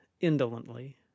indolently